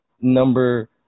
number